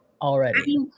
already